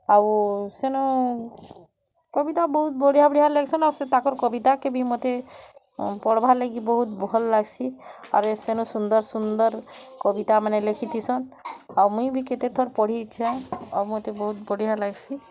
ଆଉ ସେନ କବିତା ବହୁତ୍ ବଢ଼ିଆ ବଢ଼ିଆ ଲେଖସନ୍ ଆଉ ସେ ତାଙ୍କର୍ କବିତାକେ ବି ମୋତେ ପଢ଼ିବାର୍ ଲାଗି ବହୁତ୍ ଭଲ୍ ଲାଗସି ଆଉ ସେନୁ ସୁନ୍ଦର୍ ସୁନ୍ଦର୍ କବିତା ମାନେ ଲେଖିଥିସନ୍ ଆଉ ମୁଇଁ ବି କେତେଥର୍ ପଢ଼ିଛେଁ ଆଉ ମୋତେ ବହୁତ୍ ବଢ଼ିଆ ଲାଗସି